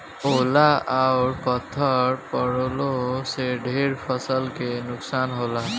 ओला अउर पत्थर पड़लो से ढेर फसल के नुकसान होला